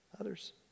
others